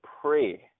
pray